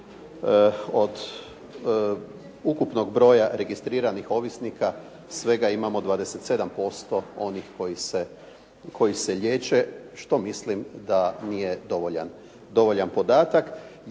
od ukupnog broja registriranih ovisnika, svega imamo 27% onih koji se liječe, što mislim da nije dovoljan podatak.